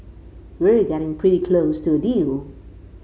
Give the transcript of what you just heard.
we're getting pretty close to a deal